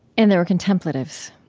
and there were contemplatives.